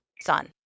son